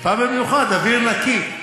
חיפה במיוחד, אוויר נקי.